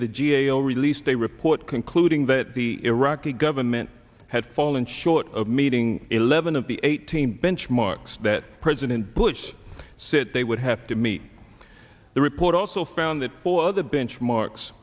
the g a o released a report concluding that the iraqi government had fallen short of meeting eleven of the eighteen benchmarks that president bush said they would have to meet the report also found that for the benchmark